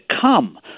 come